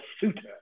suitor